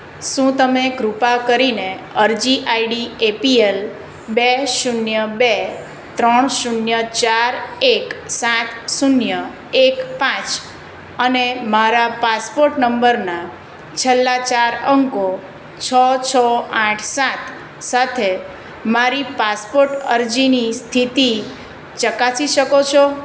શું તમે કૃપા કરીને અરજી આઈડી એપીએલ બે શૂન્ય બે ત્રણ શૂન્ય ચાર એક સાત શૂન્ય એક પાંચ અને મારા પાસપોર્ટ નંબરના છેલ્લા ચાર અંકો છ છ આઠ સાત સાથે મારી પાસપોર્ટ અરજીની સ્થિતિ ચકાસી શકો છો